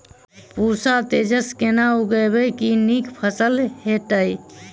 पूसा तेजस केना उगैबे की नीक फसल हेतइ?